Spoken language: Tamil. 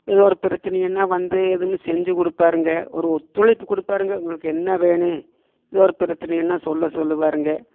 எதோ ஒரு பிரச்சனையின்னா வந்து எதுவுமே செஞ்சு கொடுப்பாருங்க ஒரு ஒத்துழைப்பு கொடுப்பாருங்க உங்களுக்கு என்ன வேணும் இல்லை ஒரு பிரச்சனையின்னா சொல்ல சொல்லுவாருங்க